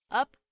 up